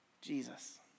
Jesus